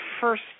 first